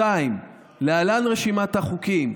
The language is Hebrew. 2. להלן רשימת החוקים.